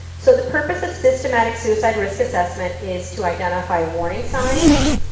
so the purpose of systematic suicide risk assessment is to identify warning signs,